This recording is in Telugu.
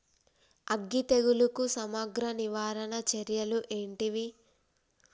అగ్గి తెగులుకు సమగ్ర నివారణ చర్యలు ఏంటివి?